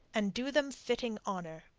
and do them fitting honour.